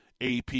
AP